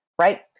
right